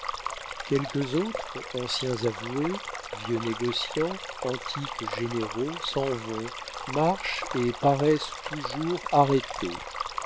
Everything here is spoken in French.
quelques autres anciens avoués vieux négociants antiques généraux s'en vont marchent et paraissent toujours arrêtées